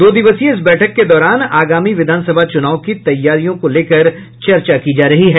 दो दिवसीय इस बैठक के दौरान आगामी विधानसभा चुनाव की तैयारियों को लेकर चर्चा की जा रही है